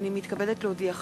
הנני מתכבדת להודיעכם,